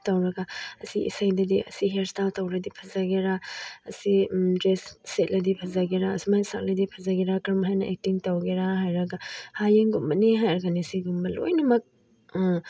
ꯇꯧꯔꯒ ꯑꯁꯤ ꯏꯁꯩꯗꯗꯤ ꯑꯁꯤ ꯍꯤꯌꯔ ꯏꯁꯇꯥꯏꯜ ꯇꯧꯔꯗꯤ ꯐꯖꯒꯦꯔꯥ ꯑꯁꯤ ꯗ꯭ꯔꯦꯁ ꯁꯦꯠꯂꯗꯤ ꯐꯖꯒꯦꯔꯥ ꯑꯁꯨꯃꯥꯏꯅ ꯁꯛꯂꯗꯤ ꯐꯖꯒꯦꯔꯥ ꯀꯔꯝꯍꯥꯏꯅ ꯑꯦꯛꯇꯤꯡ ꯇꯧꯒꯦꯔꯥ ꯍꯥꯏꯔꯒ ꯍꯌꯦꯡꯒꯨꯝꯕꯅꯦ ꯍꯥꯏꯔꯒꯅꯦ ꯁꯤꯒꯨꯝꯕ ꯂꯣꯏꯅꯃꯛ